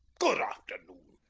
good afternoon.